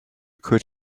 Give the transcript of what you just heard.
could